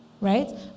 right